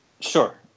Sure